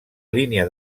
línia